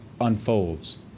unfolds